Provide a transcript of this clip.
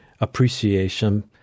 appreciation